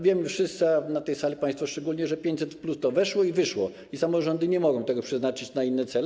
Wiemy wszyscy, a na tej sali państwo szczególnie, że 500+ to weszło i wyszło, i samorządy nie mogą tego przeznaczyć na inne cele.